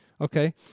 Okay